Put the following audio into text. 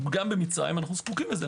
גם במצרים אנו זקוקים לזה.